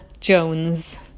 Jones